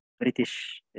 british